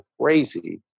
crazy